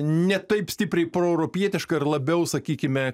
ne taip stipriai proeuropietiška ir labiau sakykime